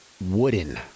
Wooden